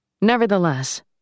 Nevertheless